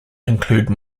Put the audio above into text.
include